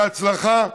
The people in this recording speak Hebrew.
בהצלחה.